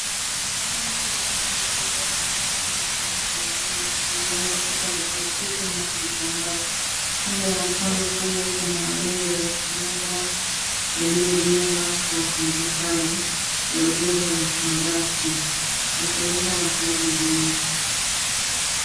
Mkondo wa maji uliojaa takataka za aina mbalimbali zikiwemo chupa za plastiki na vitambaa. Kando ya mkondo huo kuna majengo ya muda yaliyojengwa kwa matofali ya udongo na mabati yakionyesha makazi duni.